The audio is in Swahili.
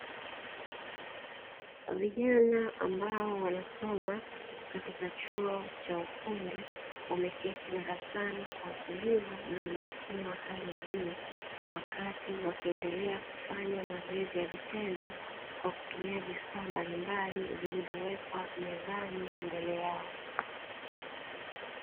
Vijana ambao wanasoma katika chuo cha ufundi wameketi darasani kwa utulivu na umakini wa hali ya juu, wakati wakiendelea kufanya mazoezi ya vitendo kwa kutumia vifaa mbalimbali vilivyowekwa mezani mbele yao.